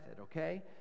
okay